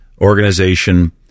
organization